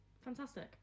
Fantastic